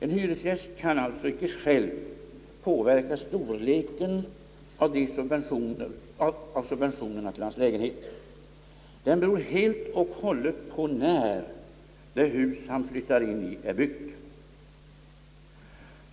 En hyresgäst kan alltså inte själv påverka storleken av subventionen till hans lägenhet. Den beror helt och hållet på när det hus han flyttar in i är byggt.